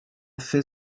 fait